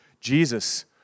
Jesus